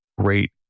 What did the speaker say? great